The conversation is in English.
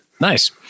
Nice